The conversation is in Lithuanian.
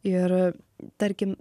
ir tarkim